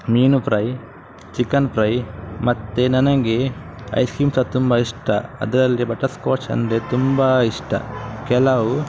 ಮೀನು fry chicken fry ಮತ್ತು ನನಗೆ ಐಸ್ ಕ್ರೀಂ ಸ ತುಂಬ ಇಷ್ಟ ಅದರಲ್ಲಿ ಬಟರ್ಸ್ಕಾಚ್ ಅಂದರೆ ತುಂಬ ಇಷ್ಟ ಕೆಲವು